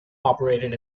operated